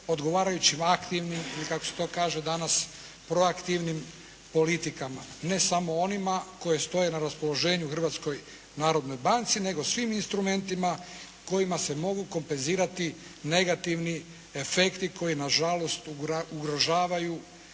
odgovarajućim aktivnim ili kako se to kaže danas proaktivnim politikama. Ne samo onima koje stoje na raspoloženju Hrvatskoj narodnoj banci, nego svim instrumentima kojima se mogu kompenzirati negativni efekti koji nažalost ugrožavaju